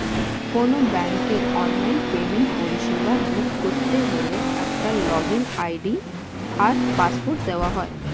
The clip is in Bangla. কোনো ব্যাংকের অনলাইন পেমেন্টের পরিষেবা ভোগ করতে হলে একটা লগইন আই.ডি আর পাসওয়ার্ড দেওয়া হয়